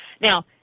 Now